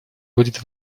будет